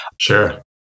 sure